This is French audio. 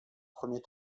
premier